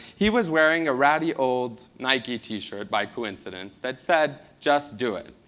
he was wearing a ratty old nike t-shirt by coincidence that said just do it.